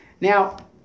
Now